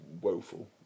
woeful